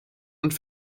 und